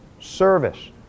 service